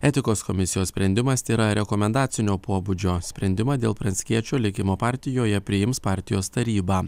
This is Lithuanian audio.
etikos komisijos sprendimas tėra rekomendacinio pobūdžio sprendimą dėl pranckiečio likimo partijoje priims partijos taryba